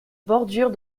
bordure